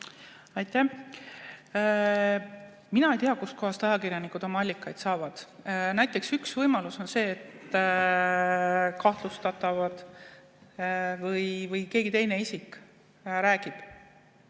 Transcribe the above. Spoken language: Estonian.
Aitäh! Mina ei tea, kust kohast ajakirjanikud oma allikaid saavad. Näiteks, üks võimalus on see, et kahtlustatav või keegi teine isik räägib.